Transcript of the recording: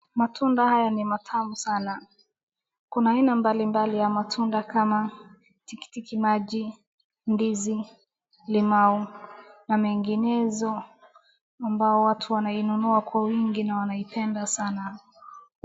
Matunda haya ni matamu sana, kuna aina mbali mbali ya matunda kama tikiti maji, ndizi, limau na menginezo ambao watu wanainunua kwa wingi na wanaipenda sana.